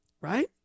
right